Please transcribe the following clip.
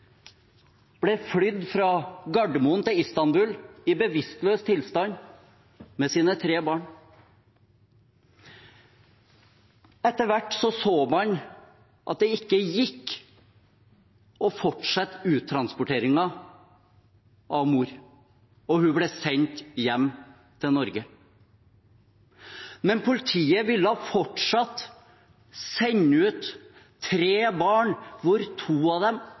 ble flydd fra Gardermoen til Istanbul i bevisstløs tilstand med sine tre barn. Etter hvert så man at det ikke gikk å fortsette uttransporteringen av mor, og hun ble sendt hjem til Norge. Men politiet ville fortsatt sende ut tre barn, hvor to av dem